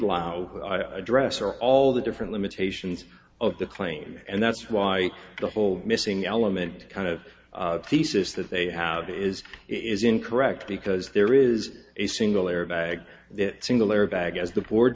allow address are all the different limitations of the claim and that's why the whole missing element kind of thesis that they have is is incorrect because there is a single airbag single airbag as the board